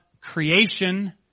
creation